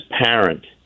parent